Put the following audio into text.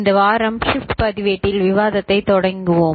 இந்த வாரம் ஷிப்ட் பதிவேட்டில் விவாதத்தைத் தொடங்கினோம்